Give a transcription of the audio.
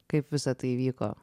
kaip visa tai įvyko